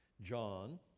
John